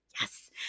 Yes